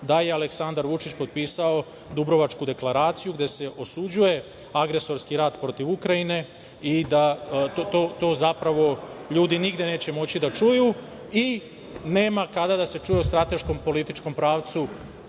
da je Aleksandar Vučić potpisao Dubrovačku deklaraciju gde se osuđuje agresorski rat protiv Ukrajine. To zapravo ljudi nigde neće moći da čuju. I, nema kada da se čuje o strateškom političkom pravcu